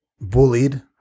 bullied